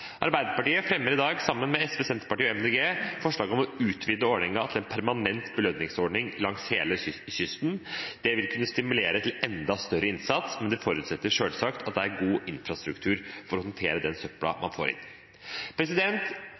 Arbeiderpartiet fremmer i dag, sammen med Senterpartiet, SV og Miljøpartiet De Grønne, forslag om å utvide ordningen til en permanent belønningsordning langs hele kysten. Det vil kunne stimulere til enda større innsats, men det forutsetter selvsagt at det er god infrastruktur for å håndtere den søpla man får inn.